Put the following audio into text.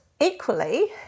equally